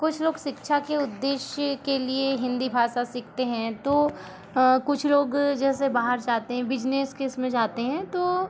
कुछ लोग शिक्षा के उदेश्य के लिए हिन्दी भाषा सीखते है तो कुछ लोग जैसे बाहर जाते है बिजनेस के इसमें जाते है तो